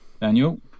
Daniel